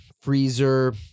freezer